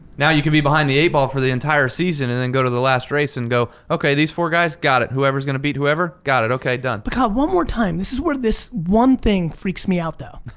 now you can be behind the eight ball for the entire season and then go to the last and go, okay, these four guys, got it, whoever's gonna beat whoever got it, okay, done. but kyle, one more time, this is where this one thing freaks me out though.